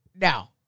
Now